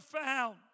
found